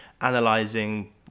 analyzing